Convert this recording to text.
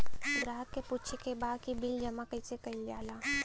ग्राहक के पूछे के बा की बिल जमा कैसे कईल जाला?